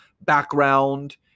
background